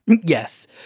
yes